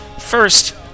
First